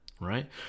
right